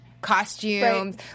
costumes